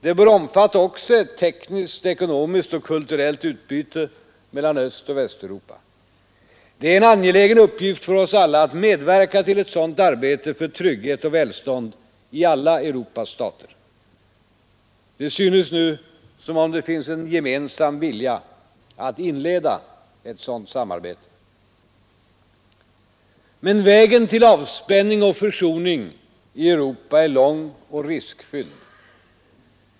Det bör omfatta också ett ekonomiskt, tekniskt och kulturellt utbyte mellan Östoch Västeuropa. Det är en angelägen uppgift för oss alla att medverka till ett sådant arbete för trygghet och välstånd i alla Europas stater. Det synes nu som om det finns en gemensam vilja att inleda ett sådant samarbete. Men vägen till avspänning och försoning i Europa är lång och riskfylld.